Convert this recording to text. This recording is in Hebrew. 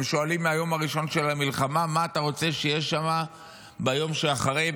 הם שואלים מהיום הראשון של המלחמה: מה אתה רוצה שיהיה שם ביום שאחרי,